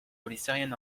boliserien